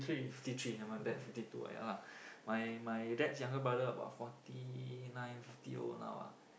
fifty three then my dad fifty two ah ya lah my my dad's younger brother about Forty Nine fifty old now ah